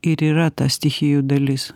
ir yra ta stichijų dalis